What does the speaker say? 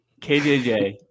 kjj